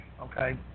okay